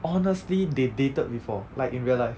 honestly they dated before like in real life